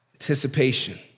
Anticipation